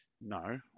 No